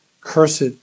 Cursed